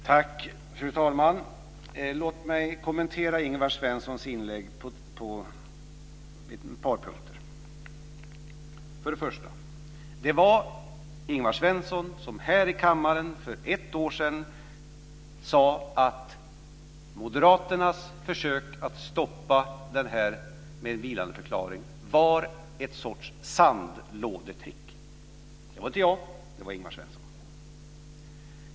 Fru talman! Låt mig kommentera Ingvar Svenssons inlägg på ett par punkter. För det första var det Ingvar Svensson som här i kammaren för ett år sedan sade att moderaternas försök att stoppa detta med en vilandeförklaring var en sorts sandlådetrick. Det var inte jag, det var Ingvar Svensson.